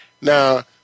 Now